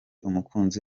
umukunzi